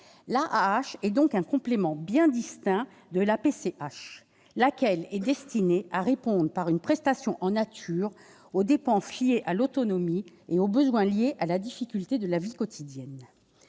L'AAH est donc un complément bien distinct de la PCH, laquelle est destinée à répondre, par une prestation en nature, aux dépenses liées à l'autonomie et aux besoins nés des difficultés de la vie quotidienne.